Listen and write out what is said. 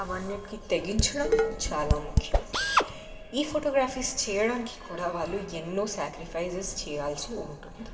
ఇవన్నింటికీ తెగించడం చాలా ముఖ్యం ఈ ఫొటోగ్రఫీస్ చేయడానికి కూడా వాళ్ళు ఎన్నో సాక్రిఫైసెస్ చేయాల్సి ఉంటుంది